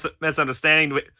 misunderstanding